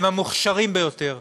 הם המוכשרים ביותר,